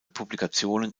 publikationen